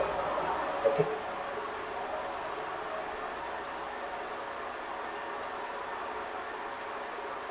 I think